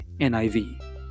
NIV